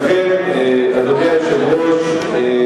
מה עם שנה חינם לסטודנטים שאתה הבטחת?